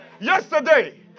yesterday